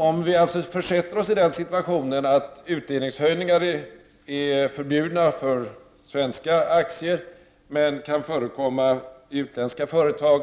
Om vi försätter oss i den situationen att utdelningshöjningar är förbjudna för svenska aktier men kan förekomma i utländska företag,